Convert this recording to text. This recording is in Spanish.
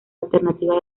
alternativa